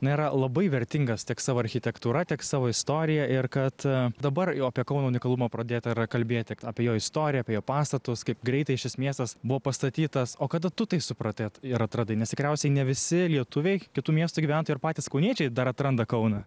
na yra labai vertingas tiek savo architektūra tiek savo istorija ir kad dabar jau apie kauno unikalumą pradėta yra kalbėti apie jo istoriją apie jo pastatus kaip greitai šis miestas buvo pastatytas o kada tu tai supratai ir atradai nes tikriausiai ne visi lietuviai kitų miestų gyventojai ar patys kauniečiai dar atranda kauną